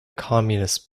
communist